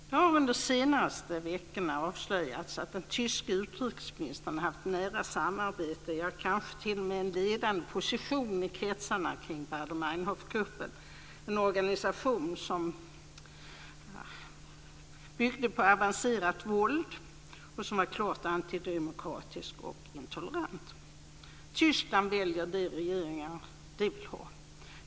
Det har under de senaste veckorna avslöjats att den tyske utrikesministern haft ett nära samarbete med, ja, t.o.m. en ledande position i, kretsarna kring Baader-Meinhof-gruppen, en organisation som byggde på avancerat våld i sitt program och som var klart antidemokratisk och intolerant. Tyskland väljer de regeringar de vill ha.